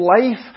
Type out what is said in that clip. life